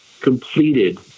completed